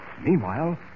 Meanwhile